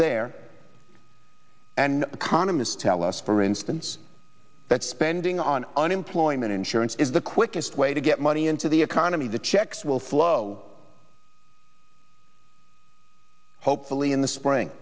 economists tell us for instance that spending on unemployment insurance is the quickest way to get money into the economy the checks will flow hopefully in the spring